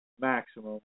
maximum